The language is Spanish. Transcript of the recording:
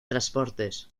transportes